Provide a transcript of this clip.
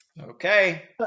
okay